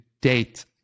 date